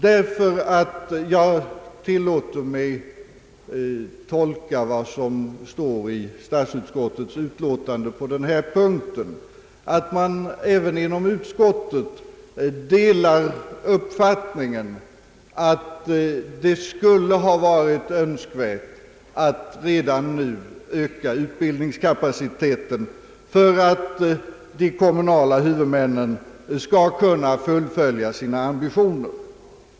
Jag tillåter mig nämligen att tolka vad som står i statsutskottets utlåtande på denna punkt på det sättet att man även inom uskottet delar uppfattningen att det skulle ha varit önskvärt att redan nu öka utbildningskapaciteten för att de kommunala huvudmännen skall kunna fullfölja sina ambitioner.